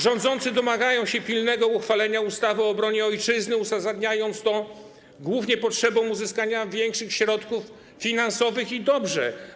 Rządzący domagają się pilnego uchwalenia ustawy o obronie Ojczyzny, uzasadniając to głównie potrzebą uzyskania większych środków finansowych, i dobrze.